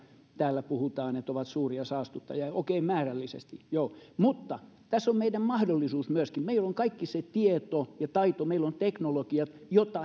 täällä puhutaan että ovat suuria saastuttajia okei määrällisesti joo mutta tässä on meidän mahdollisuus myöskin meillä on kaikki se tieto ja taito meillä on teknologiat joita